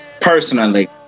personally